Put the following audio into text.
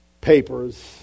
Papers